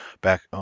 back